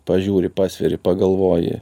pažiūri pasveri pagalvoji